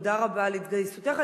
תודה רבה על התגייסותך.